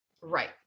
Right